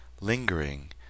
lingering